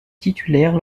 titulaire